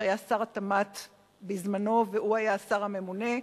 שהיה שר התמ"ת בזמנו והיה השר הממונה.